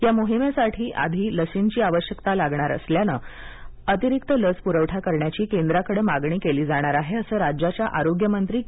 या मोहिमेसाठी आधील लशींची आवश्यकता लागणार असल्यानं अतिरिक्त लस पुरवठा करण्याची केंद्राकडं मागणी केली जाणार आहे असं राज्याच्या आरोग्य मंत्री के